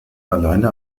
alleine